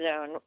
zone